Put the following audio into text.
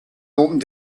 opened